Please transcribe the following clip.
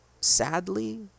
sadly